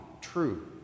true